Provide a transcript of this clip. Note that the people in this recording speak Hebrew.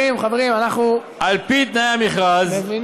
על-פי תנאי המכרז,